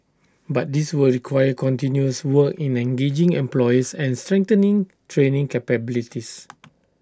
but this will require continuous work in engaging employers and strengthening training capabilities